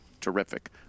terrific